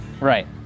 right